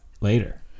later